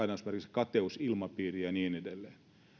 kateusilmapiiriä ja niin edelleen